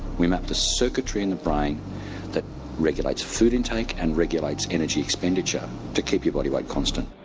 we mapped the circuitry in the brain that regulates food intake and regulates energy expenditure to keep your body weight constant.